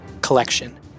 collection